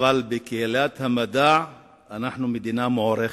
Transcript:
אבל בקהילת המדע אנחנו מדינה מוערכת.